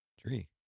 tree